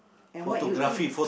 and what you eat